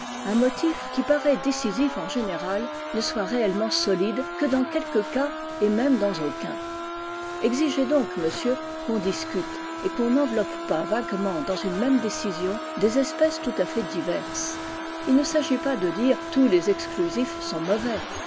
un motif qui paraît décisif en général ne soit réellement solide que dans quelques cas et même dans aucun exigez donc monsieur qu'on discute et qu'on n'enveloppe pas vaguement dans une même décision des espèces tout à fait diverses il ne s'agit pas de dire tous les exclusifs sont mauvais